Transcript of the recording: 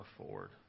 afford